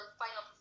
final